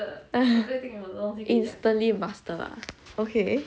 !hais! instantly master ah